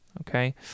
okay